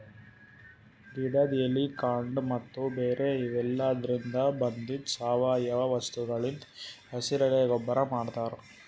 ಗಿಡದ್ ಎಲಿ ಕಾಂಡ ಮತ್ತ್ ಬೇರ್ ಇವೆಲಾದ್ರಿನ್ದ ಬಂದಿದ್ ಸಾವಯವ ವಸ್ತುಗಳಿಂದ್ ಹಸಿರೆಲೆ ಗೊಬ್ಬರ್ ಮಾಡ್ತಾರ್